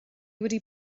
wedi